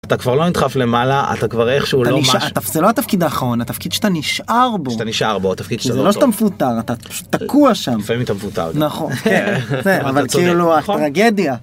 אתה כבר לא נדחף למעלה אתה כבר איך שהוא לא משהו אתה ניש... זה לא התפקיד האחרון התפקיד שאתה נשאר בו שאתה נשאר בו התפקיד שאתה לא צו... זה לא שאתה מפוטר אתה פשוט תקוע שם לפעמים אתה מפוטר נכון זה, אבל צודק, נכון? אבל כאילו הטרגדיה.